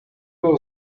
will